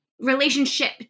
relationship